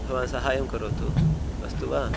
भवान् सहायं करोतु अस्तु वा